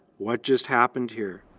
what just happened here?